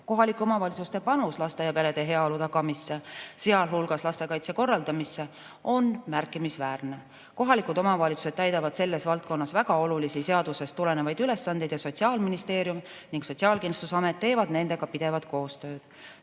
Kohalike omavalitsuste panus laste ja perede heaolu tagamisse, sealhulgas lastekaitse korraldamisse on märkimisväärne. Kohalikud omavalitsused täidavad selles valdkonnas väga olulisi seadusest tulenevaid ülesandeid ja Sotsiaalministeerium ning Sotsiaalkindlustusamet teevad nendega pidevat koostööd.